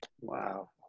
Wow